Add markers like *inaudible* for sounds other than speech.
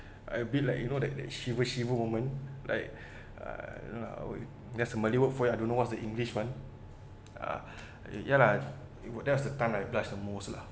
I'll be like you know that that shiva shiva woman like *breath* uh you know lah there's a malay word for it I don't know what's the english one ah *breath* ya lah that was the time I blushed the most lah